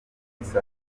inshuti